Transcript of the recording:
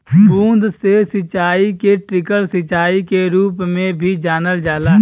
बूंद से सिंचाई के ट्रिकल सिंचाई के रूप में भी जानल जाला